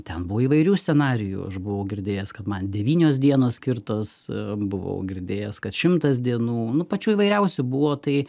ten buvo įvairių scenarijų aš buvau girdėjęs kad man devynios dienos skirtos buvau girdėjęs kad šimtas dienų nu pačių įvairiausių buvo tai